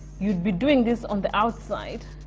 you'd be doing this on the outside.